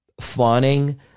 fawning